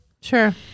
Sure